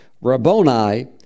Rabboni